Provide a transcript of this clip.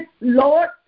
Lord